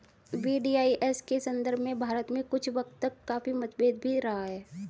VDIS के संदर्भ में भारत में कुछ वक्त तक काफी मतभेद भी रहा है